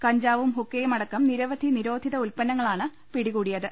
കഞ്ചാവും ഹുക്ക യുമടക്കം നിരവധി നിരോധിത ഉത്പന്നങ്ങളാണ് പിടി കൂടിയത്